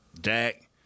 Dak